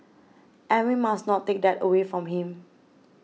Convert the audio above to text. and we must not take that away from him